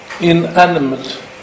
inanimate